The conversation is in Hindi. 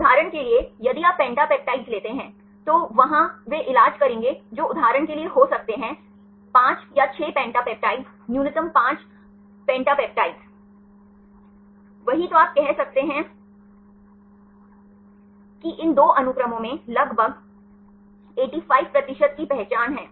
उदाहरण के लिए यदि आप पेंटेप्टेप्टाइड लेते हैं तो वहां वे इलाज करेंगे जो उदाहरण के लिए हो सकते हैं 5 या 6 पेंटेपेप्टाइड्स न्यूनतम 5 पेंटेप्टेपिड्स वही तो आप कह सकते हैं कि इन दो अनुक्रमों में लगभग 85 प्रतिशत की पहचान है